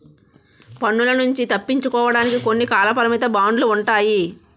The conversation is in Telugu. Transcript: పన్నుల నుంచి తప్పించుకోవడానికి కొన్ని కాలపరిమిత బాండ్లు ఉంటాయి